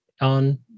on